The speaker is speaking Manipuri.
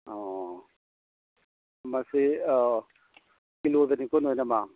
ꯑꯣ ꯃꯁꯤ ꯀꯤꯂꯣꯗꯅꯤꯀꯣ ꯂꯣꯏꯅꯃꯛ